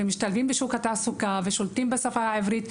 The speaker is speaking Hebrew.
משתלבים בשוק התעסוקה ושולטים בשפה העברית,